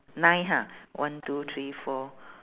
nine ha one two three four